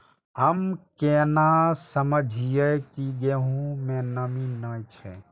हम केना समझये की गेहूं में नमी ने छे?